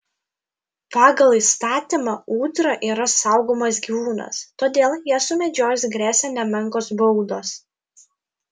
pagal įstatymą ūdra yra saugomas gyvūnas todėl ją sumedžiojus gresia nemenkos baudos